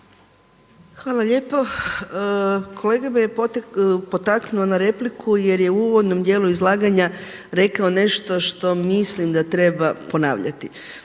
Hvala lijepo. Kolega me je potaknuo na repliku jer je u uvodnom dijelu izlaganja rekao nešto što mislim da treba ponavljati.